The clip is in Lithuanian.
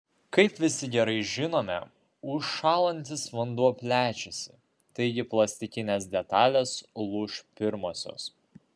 kaip visi gerai žinome užšąlantis vanduo plečiasi taigi plastikinės detalės lūš pirmosios